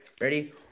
Ready